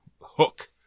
hook